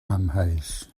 amheus